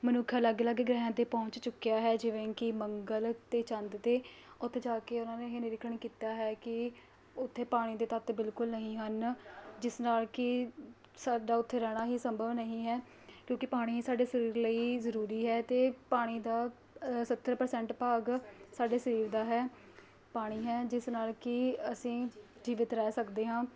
ਮਨੁੱਖ ਅਲੱਗ ਅਲੱਗ ਗ੍ਰਹਿਆਂ 'ਤੇ ਪਹੁੰਚ ਚੁੱਕਿਆ ਹੈ ਜਿਵੇਂ ਕਿ ਮੰਗਲ 'ਤੇ ਚੰਦ 'ਤੇ ਉੱਥੇ ਜਾ ਕੇ ਉਹਨਾਂ ਨੇ ਇਹ ਨਿਰੀਖਣ ਕੀਤਾ ਹੈ ਕਿ ਉੱਥੇ ਪਾਣੀ ਦੇ ਤੱਤ ਬਿਲਕੁਲ ਨਹੀਂ ਹਨ ਜਿਸ ਨਾਲ ਕਿ ਸਾਡਾ ਉੱਥੇ ਰਹਿਣਾ ਹੀ ਸੰਭਵ ਨਹੀਂ ਹੈ ਕਿਉਂਕਿ ਪਾਣੀ ਸਾਡੇ ਸਰੀਰ ਲਈ ਜ਼ਰੂਰੀ ਹੈ ਅਤੇ ਪਾਣੀ ਦਾ ਸੱਤਰ ਪ੍ਰਸੈਂਟ ਭਾਗ ਸਾਡੇ ਸਰੀਰ ਦਾ ਹੈ ਪਾਣੀ ਹੈ ਜਿਸ ਨਾਲ ਕਿ ਅਸੀਂ ਜੀਵਤ ਰਹਿ ਸਕਦੇ ਹਾਂ